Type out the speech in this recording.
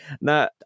Now